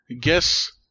guess